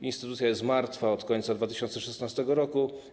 Instytucja jest martwa od końca 2016 r.